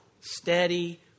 steady